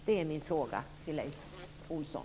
Det är min fråga till Rolf Olsson.